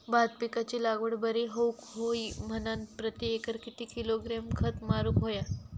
भात पिकाची लागवड बरी होऊक होई म्हणान प्रति एकर किती किलोग्रॅम खत मारुक होया?